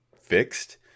fixed